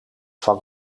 van